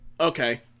Okay